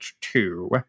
two